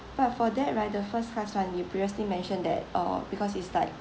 but for that right the first class one you previously mentioned that uh because it's like